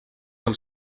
del